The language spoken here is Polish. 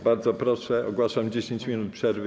Bardzo proszę, ogłaszam 10 minut przerwy.